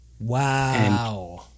Wow